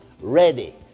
ready